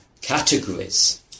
categories